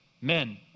men